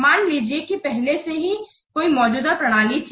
मान लीजिए कि पहले से ही कोई मौजूदा प्रणाली थी